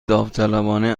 داوطلبانه